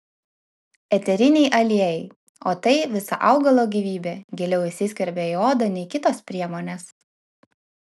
eteriniai aliejai o tai visa augalo gyvybė giliau įsiskverbia į odą nei kitos priemonės